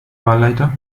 wahlleiter